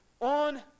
on